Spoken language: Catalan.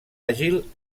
àgil